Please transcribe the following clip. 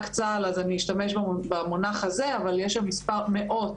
צה"ל אז אני אשתמש במונח הזה - יש שם מספר מאות